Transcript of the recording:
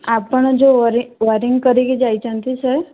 ଆପଣ ଯେଉଁ ୱାରିଙ୍ଗ କରିକି ଯାଇଛନ୍ତି ସାର୍